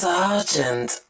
Sergeant